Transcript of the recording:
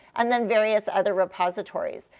and then various other repositories.